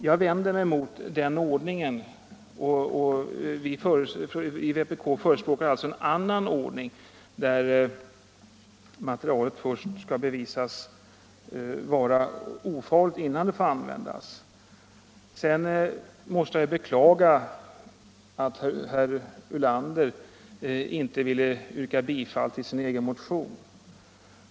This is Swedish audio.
Jag vänder mig mot denna ordning. Vi i vpk förordar en annan ordning, där materialet skall bevisas vara ofarligt innan det får användas. Jag beklagar att herr Ulander inte ville yrka bifall till sin egen motion.